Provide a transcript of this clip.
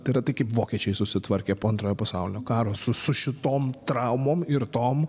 tai yra tai kaip vokiečiai susitvarkė po antrojo pasaulinio karo su su šitom traumom ir tom